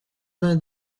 vingt